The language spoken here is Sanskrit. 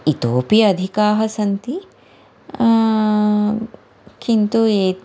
इतोपि अधिकाः सन्ति किन्तु एते